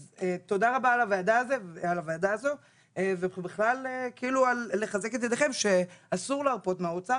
אז תודה רבה על הוועדה הזאת ובכלל לחזק את ידיכם שאסור להרפות מהאוצר